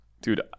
dude